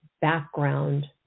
background